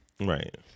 Right